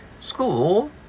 school